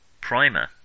Primer